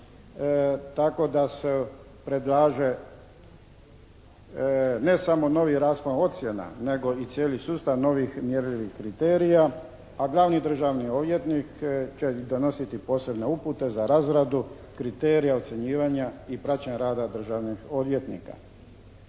tako da se predlaže ne samo novi raspon ocjena, nego i cijeli sustav novih mjerljivih kriterija, a glavni državni odvjetnik će donositi posebne upute za razradu kriterija, ocjenjivanja i praćenja rada državnih odvjetnika.